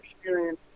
experience